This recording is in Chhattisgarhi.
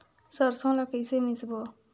सरसो ला कइसे मिसबो?